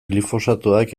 glifosatoak